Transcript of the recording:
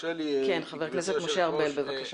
חבר הכנסת משה ארבל, בבקשה.